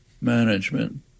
management